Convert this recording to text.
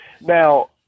Now